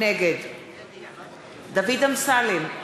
נגד דוד אמסלם,